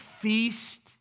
feast